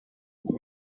une